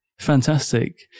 Fantastic